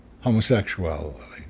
homosexuality